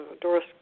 Doris